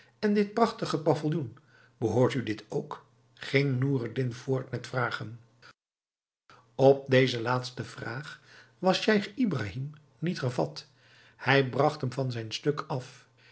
en dit prachtige pavilloen behoort u dit ook ging noureddin voort met vragen op deze laatste vraag was scheich ibrahim niet gevat zij bragt hem van zijn stuk af